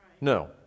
No